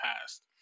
past